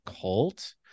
Cult